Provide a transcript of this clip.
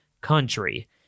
country